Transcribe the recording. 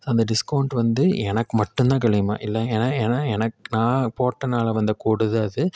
அந்த டிஸ்கௌண்ட் வந்து எனக்கு மட்டும் தான் கழியுமா இல்லை ஏன்னா ஏன்னா எனக்கு நான் போட்டனால் வந்த கோடு தான் அது